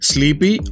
Sleepy